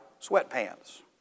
sweatpants